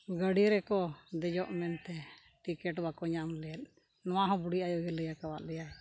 ᱜᱟᱹᱰᱤ ᱨᱮᱠᱚ ᱫᱮᱡᱳᱜ ᱢᱮᱱᱛᱮ ᱴᱤᱠᱤᱴ ᱵᱟᱠᱚ ᱧᱟᱢ ᱞᱮᱫ ᱱᱚᱣᱟ ᱦᱚᱸ ᱵᱩᱰᱷᱤ ᱟᱭᱳᱜᱮ ᱞᱟᱹᱭᱟᱠᱟᱫ ᱞᱮᱭᱟᱭ